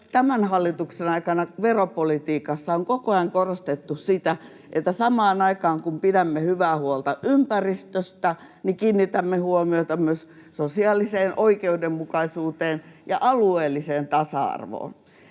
tämän hallituksen aikana veropolitiikassa on koko ajan korostettu sitä, että samaan aikaan, kun pidämme hyvää huolta ympäristöstä, kiinnitämme huomiota myös sosiaaliseen oikeudenmukaisuuteen ja alueelliseen tasa-arvoon.